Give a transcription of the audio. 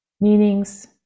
meanings